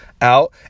out